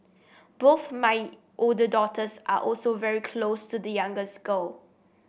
both my older daughters are also very close to the youngest girl